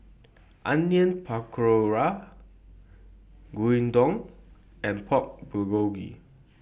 Onion Pakora Gyudon and Pork Bulgogi